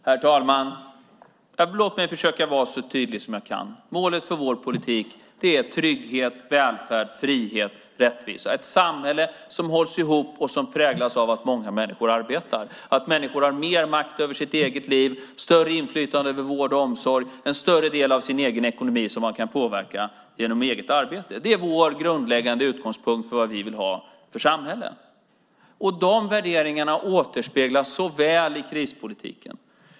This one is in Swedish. Herr talman! Låt mig försöka vara så tydlig som jag kan. Målet för vår politik är trygghet, välfärd, frihet, rättvisa, ett samhälle som hålls ihop och som präglas av att många människor arbetar, att människor har mer makt över sitt eget liv, större inflytande över vård och omsorg och en större del av sin egen ekonomi som man kan påverka genom eget arbete. Det är vår grundläggande utgångspunkt för vad vi vill ha för samhälle. Dessa värderingar återspeglas så väl i krispolitiken.